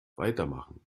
weitermachen